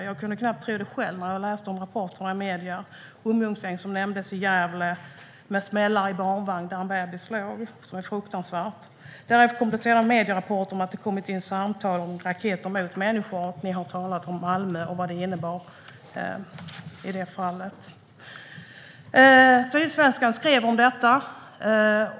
Jag kunde knappt tro det själv när jag läste rapporterna i medierna om ett ungdomsgäng i Gävle som kastade ned smällare i en barnvagn där en bebis låg. Det var fruktansvärt. Därefter kom sedan medierapporter om att det kommit in samtal om raketer som skjutits mot människor. Ni har talat om Malmö och vad det innebar i det fallet. Sydsvenskan skrev om detta.